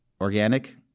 organic